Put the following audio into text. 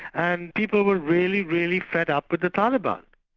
and people were really, really fed up with the taliban.